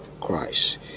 Christ